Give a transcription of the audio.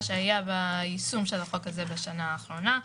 שהיה ביישום של החוק הזה בשנה האחרונה.